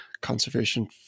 conservation